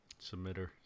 Submitter